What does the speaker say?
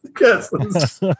Yes